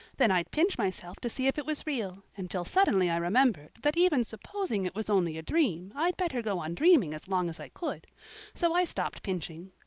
then i'd pinch myself to see if it was real until suddenly i remembered that even supposing it was only a dream i'd better go on dreaming as long as i could so i stopped pinching.